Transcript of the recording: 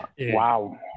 Wow